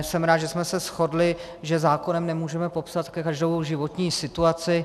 Jsem rád, že jsme se shodli, že zákonem nemůžeme popsat každou životní situaci.